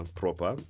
proper